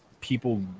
people